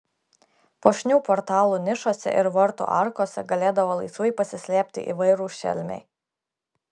puošnių portalų nišose ir vartų arkose galėdavo laisvai pasislėpti įvairūs šelmiai